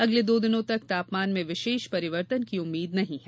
अगले दो दिनों तक तापमान में विशेष परिवर्तन की उम्मीद नहीं है